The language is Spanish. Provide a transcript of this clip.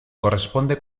corresponde